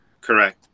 Correct